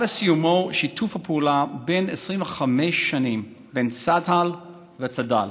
בא לסיומו שיתוף הפעולה בן 25 השנים בין צה"ל לצד"ל.